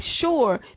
sure